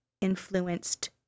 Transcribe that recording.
influenced